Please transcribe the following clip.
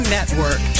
Network